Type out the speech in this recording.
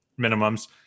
minimums